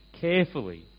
carefully